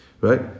Right